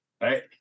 right